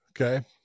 Okay